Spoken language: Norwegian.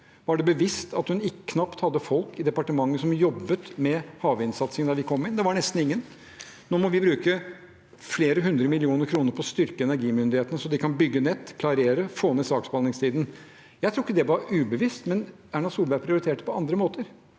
Var det bevisst at hun knapt hadde folk i departementet som jobbet med havvindsatsing da vi kom inn? Det var nesten ingen. Nå må vi bruke flere hundre millioner kroner på å styrke energimyndighetene så de kan bygge nett, klarere, få ned saksbehandlingstiden. Jeg tror ikke det var ubevisst, men Erna Solberg prioriterte på andre måter.